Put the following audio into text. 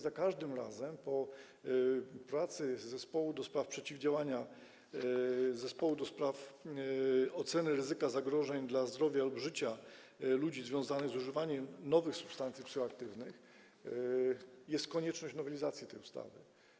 Za każdym razem po pracy zespołu ds. przeciwdziałania, Zespołu ds. oceny ryzyka zagrożeń dla zdrowia lub życia ludzi związanych z używaniem nowych substancji psychoaktywnych jest konieczność nowelizacji tej ustawy.